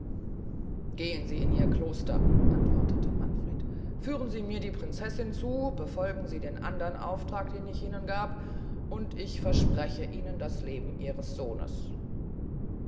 gehn sie in ihr kloster antwortete manfred führen sie mir die prinzessin zu befolgen sie den andern auftrag den ich ihnen gab und ich verspreche ihnen das leben ihres sohnes